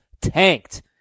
tanked